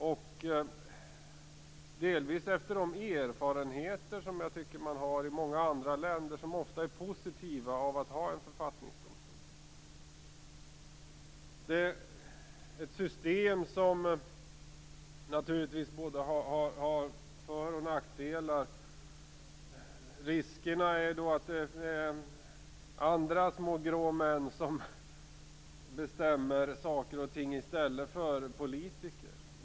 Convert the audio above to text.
Delvis beror det på de ofta positiva erfarenheter som man har i andra länder av att ha en författningsdomstol. Det är ett system som naturligtvis både har föroch nackdelar. Risken är att det blir andra små grå män som bestämmer saker och ting i stället för politikerna.